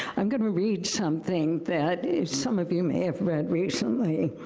i'm gonna read something that some of you may have read recently,